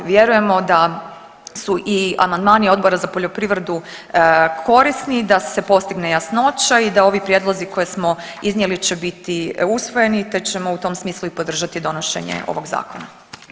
Vjerujemo da su i amandmani Odbora za poljoprivredu korisni da se postigne jasnoća i da ovi prijedlozi koje smo iznijeli će biti usvojeni te ćemo u tom smislu i podržati donošenje ovoga Zakona.